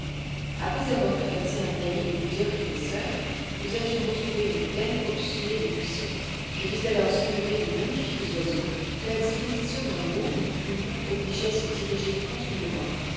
après avoir traversé un taillis de médiocre épaisseur nous avions retrouvé une plaine obstruée de buissons je vis alors s'enlever de magnifiques oiseaux que la disposition de leurs longues plumes obligeait à se diriger contre le vent